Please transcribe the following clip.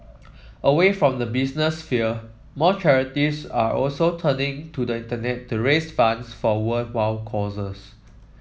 away from the business sphere more charities are also turning to the Internet to raise funds for worthwhile causes